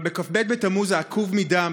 אבל בכ"ב תמוז העקוב מדם,